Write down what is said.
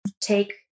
take